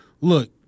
look